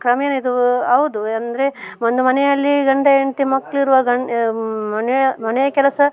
ಕ್ರಮೇಣ ಇದು ಹೌದು ಅಂದರೆ ಒಂದು ಮನೆಯಲ್ಲಿ ಗಂಡ ಹೆಂಡ್ತಿ ಮಕ್ಕಳು ಇರುವಾಗ ಗಂಡ ಮನೆ ಮನೆಯ ಕೆಲಸ